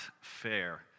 fair